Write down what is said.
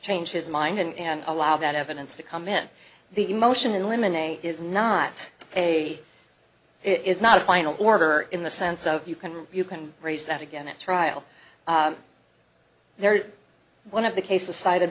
change his mind and allow that evidence to come in the motion eliminate is not a it is not a final order in the sense of you can you can raise that again at trial there is one of the cases cited